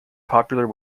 popular